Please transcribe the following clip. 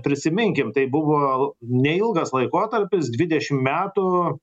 prisiminkim tai buvo neilgas laikotarpis dvidešim metų